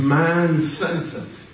man-centered